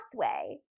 pathway